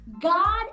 God